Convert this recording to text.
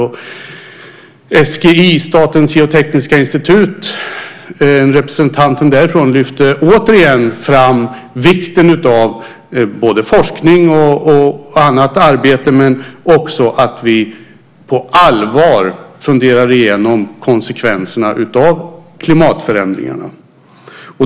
Representanten för SGI, Statens geotekniska institut, lyfte åter fram vikten av både forskning och annat arbete men också att vi på allvar funderar igenom konsekvenserna av klimatförändringarna.